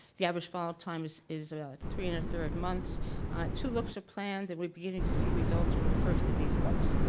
the average follow time is is three and a third months two looks are planned and we're beginning to see results for the first of these looks.